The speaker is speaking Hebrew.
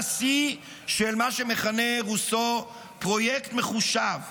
שיא של מה שמכנה רוסו "פרויקט מחושב".